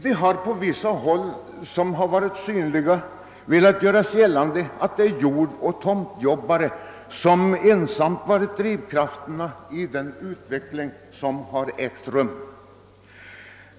Det har på vissa håll gjorts gällande att det är jordoch tomtjobbare som ensamma varit drivkrafterna i denna utveckling.